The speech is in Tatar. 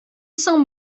соң